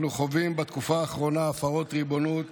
אנחנו חווים בתקופה האחרונה הפרות ריבונות